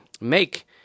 make